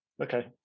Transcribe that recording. Okay